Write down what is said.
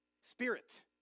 Spirit